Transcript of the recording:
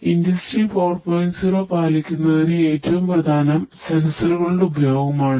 industry 4